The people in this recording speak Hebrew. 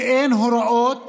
שאין הוראות